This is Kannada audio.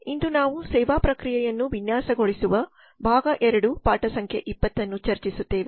ಇಂದು ನಾವು ಸೇವಾ ಪ್ರಕ್ರಿಯೆಯನ್ನು ವಿನ್ಯಾಸಗೊಳಿಸುವ ಭಾಗ 2 ಅನ್ನು ಪಾಠ ಸಂಖ್ಯೆ 20 ಅನ್ನು ಚರ್ಚಿಸುತ್ತೇವೆ